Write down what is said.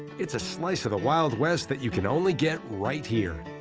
it's a slice of the wild west that you can only get right here.